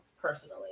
personally